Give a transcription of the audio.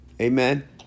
Amen